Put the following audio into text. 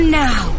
now